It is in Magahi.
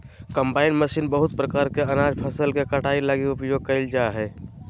कंबाइन मशीन बहुत प्रकार के अनाज फसल के कटाई लगी उपयोग कयल जा हइ